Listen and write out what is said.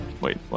wait